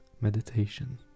meditation